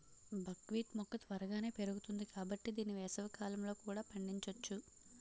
బక్ wheat మొక్క త్వరగానే పెరుగుతుంది కాబట్టి దీన్ని వేసవికాలంలో కూడా పండించొచ్చు